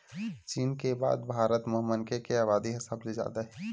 चीन के बाद भारत म मनखे के अबादी ह सबले जादा हे